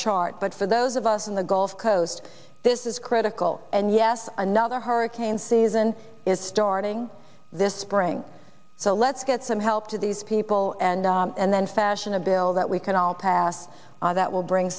chart but for those of us in the gulf coast this is critical and yes another hurricane season is starting this spring so let's get some help to these people and and then fashion a bill that we can all pass that will bring